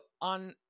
on